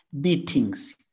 beatings